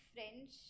French